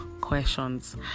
questions